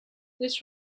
this